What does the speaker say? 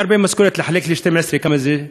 140 משכורות לחלק ל-12, כמה זה?